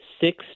six